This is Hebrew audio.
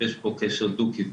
יש פה קשר דו כיווני.